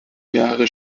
jahre